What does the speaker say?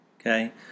Okay